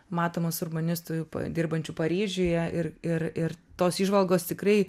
matomas urbanistų dirbančių paryžiuje ir ir ir tos įžvalgos tikrai